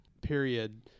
period